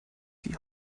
die